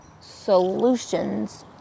solutions